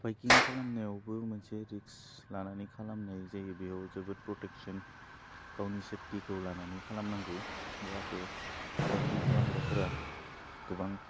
बाइकिं खालामनायावबो मोनसे रिक्स लानानै खालामनाय जायो बेयाव जोबोद प्रटेक्सन गावनि सेफथिखौ लानानै खालानांगौ जाहाते बाइकिं खालामग्राफोरा गोबां